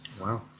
Wow